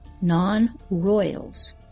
non-royals